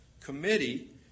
Committee